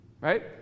Right